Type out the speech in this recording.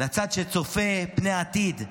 לצד שצופה פני עתיד,